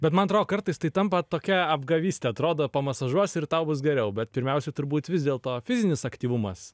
bet man atrodo kartais tai tampa tokia apgavyste atrodo pamasažuosi ir tau bus geriau bet pirmiausia turbūt vis dėlto fizinis aktyvumas